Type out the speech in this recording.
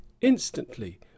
instantly